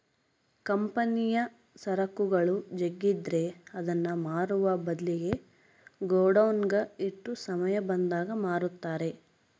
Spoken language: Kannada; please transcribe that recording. ಕಂಪನಿಯ ಸರಕುಗಳು ಜಗ್ಗಿದ್ರೆ ಅದನ್ನ ಮಾರುವ ಬದ್ಲಿಗೆ ಗೋಡೌನ್ನಗ ಇಟ್ಟು ಸಮಯ ಬಂದಾಗ ಮಾರುತ್ತಾರೆ